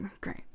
great